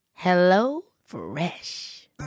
HelloFresh